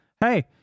hey